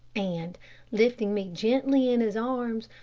and lifting me gently in his arms,